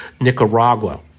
Nicaragua